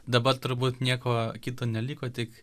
dabar turbūt nieko kito neliko tik